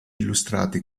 illustrati